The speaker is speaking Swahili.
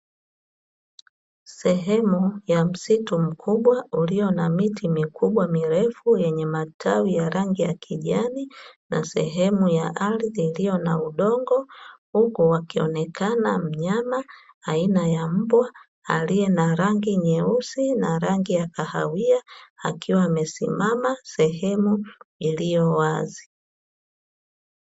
Sehemu ya msitu mkubwa ulio na miti mikubwa mirefu yenye matawi ya rangi ya kijani na sehemu ya ardhi iliyo na udongo, huku akionekana mnyama aina ya mbwa aliye na rangi nyeusi na rangi ya kahawia, akiwa amesimama sehemu iliyo wazi.